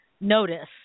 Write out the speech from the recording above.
notice